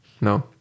No